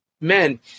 men